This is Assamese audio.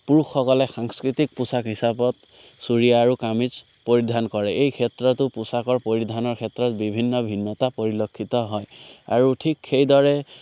পুৰুষসকলে সাংস্কৃতিক পোচাক হিচাপত চুৰিয়া আৰু কামিজ পৰিধান কৰে এই ক্ষেত্ৰতো পোচাকৰ পৰিধানৰ ক্ষেত্ৰত বিভিন্ন ভিন্নতা পৰিলক্ষিত হয় আৰু ঠিক সেইদৰে